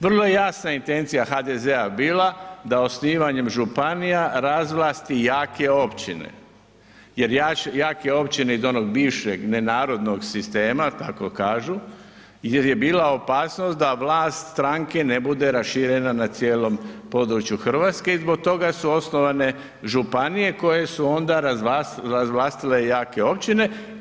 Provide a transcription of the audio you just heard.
Vrlo je jasna intencija HDZ-a bila da osnivanjem županija razvlasti jake općine jer jake općine iz onog bivšeg nenarodnog sistema, tako kažu, jer je bila opasnost da vlast stranke ne bude raširena na cijelom području Hrvatske i zbog toga su osnovane županije koje su onda razvlastile jake općine.